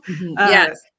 Yes